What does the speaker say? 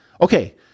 Okay